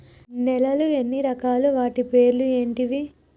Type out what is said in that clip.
నేలలు ఎన్ని రకాలు? వాటి పేర్లు ఏంటివి?